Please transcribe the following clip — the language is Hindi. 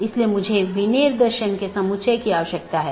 इसलिए उन्हें सीधे जुड़े होने की आवश्यकता नहीं है